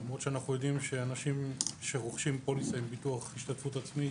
למרות שאנו יודעים שאנשים שרוכשים פוליסה עם ביטול השתתפות עצמית